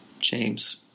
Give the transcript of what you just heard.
James